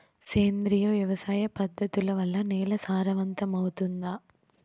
సేంద్రియ వ్యవసాయ పద్ధతుల వల్ల, నేల సారవంతమౌతుందా?